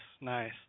nice